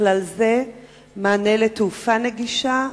ובכלל זה מענה לתעופה נגישה,